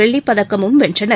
வெள்ளிப்பதக்கமும் வென்றனர்